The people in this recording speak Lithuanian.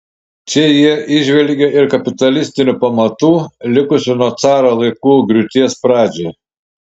čia jie įžvelgė ir kapitalistinių pamatų likusių nuo caro laikų griūties pradžią